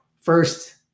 first